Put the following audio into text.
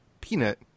peanut